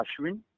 Ashwin